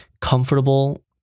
comfortable